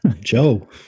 Joe